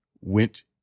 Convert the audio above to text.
went